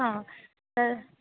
हां तर